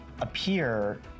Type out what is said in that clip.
appear